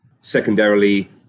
Secondarily